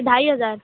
अढाई हज़ार